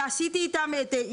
וישבתי איתם,